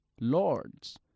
lords